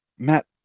Matt